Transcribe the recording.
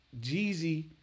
Jeezy